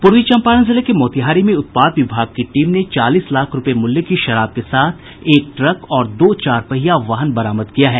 पूर्वी चम्पारण जिले के मोतिहारी में उत्पाद विभाग की टीम ने चालीस लाख रुपये मूल्य की शराब के साथ एक ट्रक और दो चारपहिया वाहन बरामद किया है